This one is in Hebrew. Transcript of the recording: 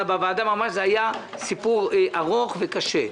אלא בוועדה ממש, זה היה סיפור ארוך וקשה.